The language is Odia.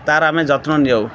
ତା'ର ଆମେ ଯତ୍ନ ନେଉ